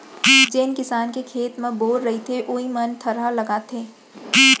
जेन किसान के खेत म बोर रहिथे वोइ मन थरहा लगाथें